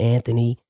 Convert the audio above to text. Anthony